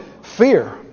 fear